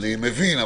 אני מבין.